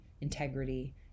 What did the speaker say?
integrity